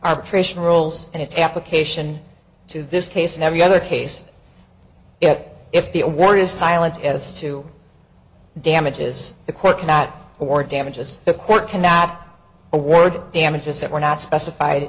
arbitration rolls and its application to this case and every other case yet if the award is silence as to damages the court cannot or damages the court cannot award damages that were not specif